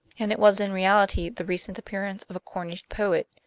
and it was in reality the recent appearance of a cornish poet,